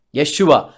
Yeshua